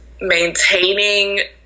maintaining